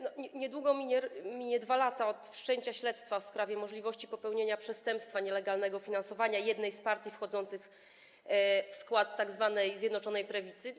Niedługo miną 2 lata od wszczęcia śledztwa w sprawie możliwości popełnienia przestępstwa nielegalnego finansowania jednej z partii wchodzących w skład tzw. Zjednoczonej Prawicy.